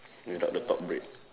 without the top bread